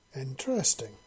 Interesting